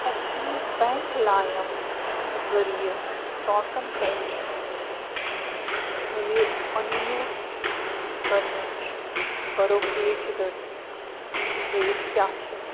Axis Bank لایِم ذٔریعہٕ سِٹاکَن پٮ۪ٹھ یُنہِ اَن یوٗسٹ کرنٕچ بَروکریج رٔٹۍ ریٹ کیٛاہ چھِ